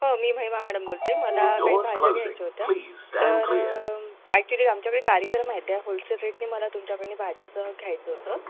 हो मी महिमा मॅडम बोलते मला काही भाज्या घ्यायच्या होत्या तर ॲक्चुअली आमच्याकडे कार्यकम आहे त्या होलसेल रेटनी मला तुमच्याकडनी भाजीचं घ्यायचं होतं